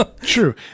True